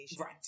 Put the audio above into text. Right